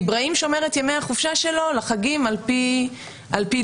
איברהים שומר את ימי החופשה שלו לחגים על פי דתו,